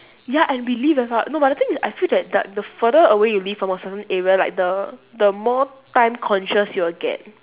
ya and we live very far no but the thing is I feel that the further away you live from a certain area like the the more time conscious you will get